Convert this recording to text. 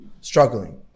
struggling